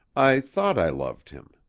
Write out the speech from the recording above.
i thought i loved him.